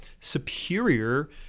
superior